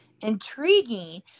intriguing